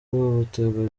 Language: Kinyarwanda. ihohoterwa